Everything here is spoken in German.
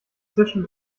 zischen